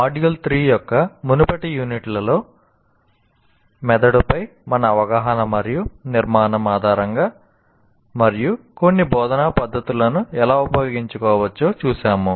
module 3 యొక్క మునుపటి యూనిట్లలో మెదడుపై మన అవగాహన మరియు నిర్మాణం ఆధారంగా మరియు కొన్ని బోధనా పద్ధతులను ఎలా ఉపయోగించుకోవచ్చో చూసాము